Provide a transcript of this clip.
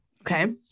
Okay